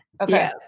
Okay